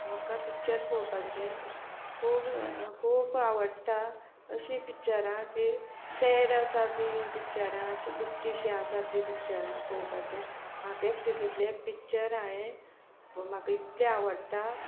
म्हाका पिक्चर पळोवपाची खूब खूब आवडटा अशीं पिक्चरां की सॅड आसा तीं पिक्चरां अशीं दुख्खीशीं आसा तीं पिक्चरां पळोवपाचें म्हाका एक तितुंतलें एक पिक्चर हांयें म्हाका इतलें आवडटा